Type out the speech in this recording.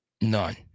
None